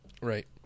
Right